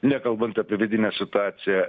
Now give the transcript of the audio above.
nekalbant apie vidinę situaciją